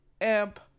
amp